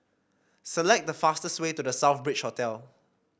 select the fastest way to The Southbridge Hotel